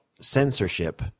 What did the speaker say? censorship